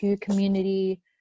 community